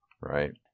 right